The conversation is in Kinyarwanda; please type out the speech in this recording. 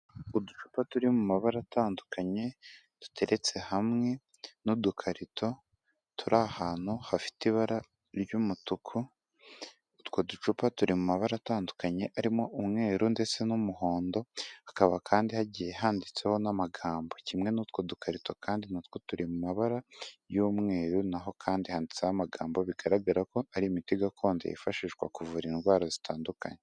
Uducupa turi mu mabara atandukanye duteretse hamwe n'udukarito turi ahantu hafite ibara ry'umutuku, utwo ducupa turi mu mabara atandukanye arimo umweru ndetse n'umuhondo, hakaba kandi hagiye handitseho n'amagambo, kimwe n'utwo dukarito kandi natwo turi mu mabara y'umweru naho kandi handitseho amagambo bigaragara ko ari imiti gakondo yifashishwa kuvura indwara zitandukanye.